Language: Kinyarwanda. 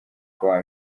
kuwa